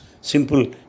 simple